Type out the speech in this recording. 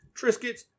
Triscuits